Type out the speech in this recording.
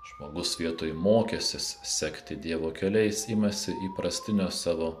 žmogus vietoj mokęsis sekti dievo keliais imasi įprastinio savo